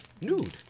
Nude